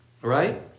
right